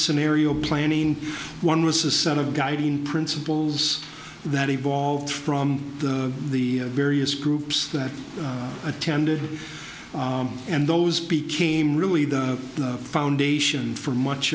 scenario planning one was a set of guiding principles that evolved from the various groups that attended and those became really the foundation for much